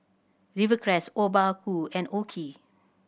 Rivercrest Obaku and OKI